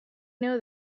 know